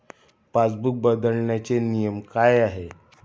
Passbook बदलण्याचे नियम काय आहेत?